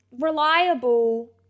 reliable